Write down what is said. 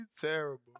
terrible